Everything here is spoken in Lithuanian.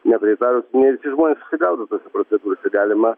nieko neįtarus ne visi žmonės susigaudo tose procedūrose galima